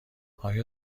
آیا